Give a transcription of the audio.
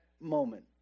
moment